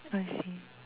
I see